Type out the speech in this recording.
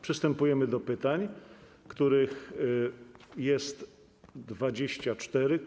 Przystępujemy do pytań, których jest 24.